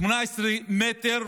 18 מטר,